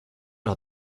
are